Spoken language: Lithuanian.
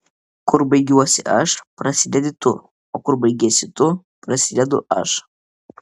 kur baigiuosi aš prasidedi tu o kur baigiesi tu prasidedu aš